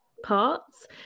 Parts